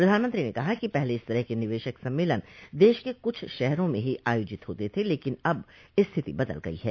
प्रधानमंत्री ने कहा कि पहले इस तरह के निवेशक सम्मेलन देश के कुछ शहरों मे ही आयोजित होते थे लेकिन अब स्थिति बदल गई है